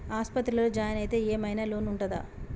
ఆస్పత్రి లో జాయిన్ అయితే ఏం ఐనా లోన్ ఉంటదా?